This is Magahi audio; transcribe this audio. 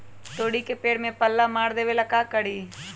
तोड़ी के पेड़ में पल्ला मार देबे ले का करी?